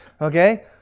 okay